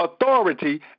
authority